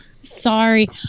Sorry